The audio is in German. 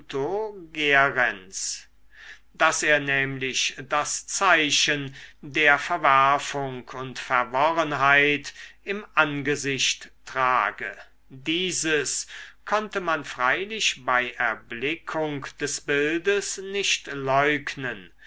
daß er nämlich das zeichen der verwerfung und verworrenheit im angesicht trage dieses konnte man freilich bei erblickung des bildes nicht leugnen